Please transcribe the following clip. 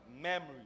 Memory